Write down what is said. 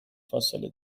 فاصله